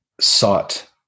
sought